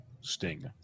sting